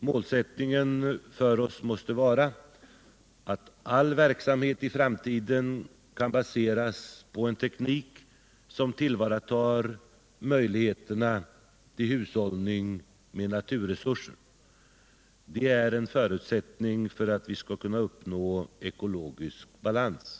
Målsättningen för oss måste vara att all verksamhet i framtiden kan baseras på en teknik som tillvaratar möjligheterna till hushållning med naturresurser. Det är en förutsättning för att vi skall uppnå ekologisk balans.